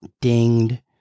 dinged